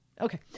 Okay